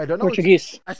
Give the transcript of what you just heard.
Portuguese